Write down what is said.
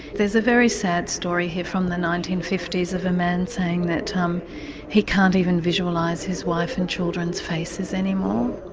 there's a very sad story here from the nineteen fifty s of a man saying that um he can't even visualise his wife and children's faces anymore.